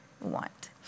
want